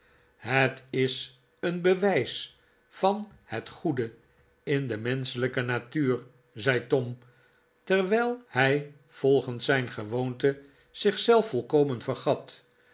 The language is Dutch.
het is een bewijs van het goede in de menschelijke natuur zei tom terwijl hij volgens zijn gewoonte zich zelf volkomen vergat